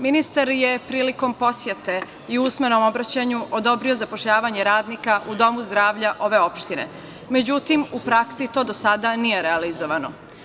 Ministar je prilikom posete i u usmenom obraćanju odobrio zapošljavanje radnika u domu zdravlja ove opštine, međutim u praksi to do sada nije realizovano.